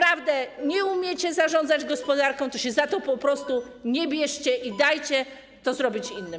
Jak nie umiecie zarządzać gospodarką, to się za to po prostu nie bierzcie i dajcie to zrobić innym.